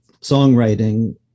songwriting